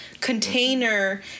container